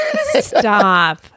Stop